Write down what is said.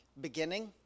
beginning